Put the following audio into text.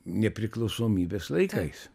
nepriklausomybės laikais